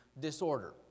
disorder